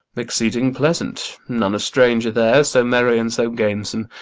exceeding pleasant none a stranger there so merry and so gamesome.